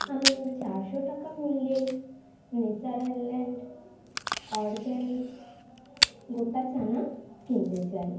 আমি চারশো টাকা মূল্যের নেচারল্যাণ্ড অর্গ্যানিক্স গোটা চানা কিনতে চাই